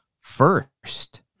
first